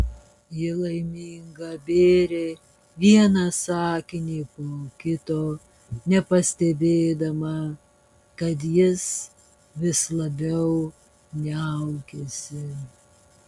ji laiminga bėrė vieną sakinį po kito nepastebėdama kad jis vis labiau niaukiasi